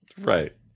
Right